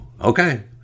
okay